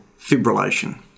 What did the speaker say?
fibrillation